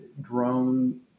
drone